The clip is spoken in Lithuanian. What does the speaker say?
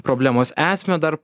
problemos esmę dar